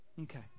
Okay